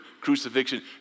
crucifixion